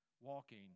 Walking